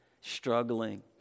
struggling